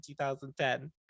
2010